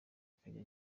akajya